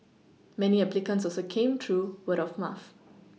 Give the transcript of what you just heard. many applicants also came through word of mouth